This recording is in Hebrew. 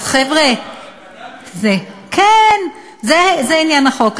אז חבר'ה, כן, זה עניין החוק.